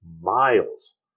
miles